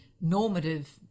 normative